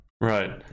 right